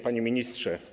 Panie Ministrze!